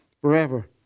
forever